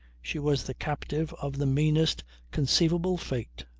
she was the captive of the meanest conceivable fate.